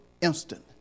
instant